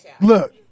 Look